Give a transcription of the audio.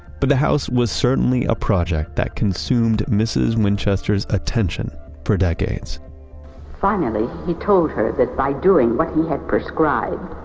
but the house was certainly a project that consumed mrs. winchester's attention for decades finally, he told her that by doing what he had prescribed,